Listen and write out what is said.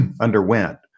underwent